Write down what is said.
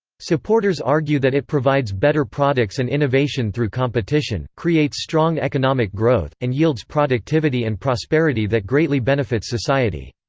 supporters argue that it provides better products and innovation through competition, creates strong economic growth, and yields productivity and prosperity that greatly benefits society.